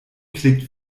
klickt